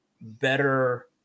better